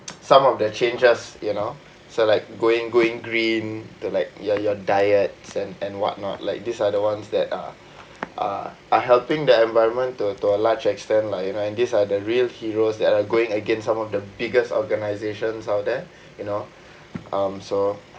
some of the changes you know so like going going green to like your your diets and and whatnot like these are the ones that are uh are helping the environment to a to a large extent lah you know and these are the real heroes that are going against some of the biggest organisations out there you know um so